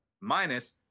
minus